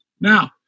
Now